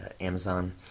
Amazon